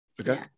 Okay